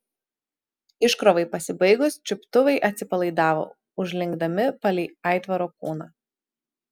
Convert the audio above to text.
iškrovai pasibaigus čiuptuvai atsipalaidavo užlinkdami palei aitvaro kūną